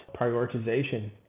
prioritization